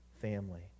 family